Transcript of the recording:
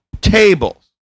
tables